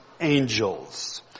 angels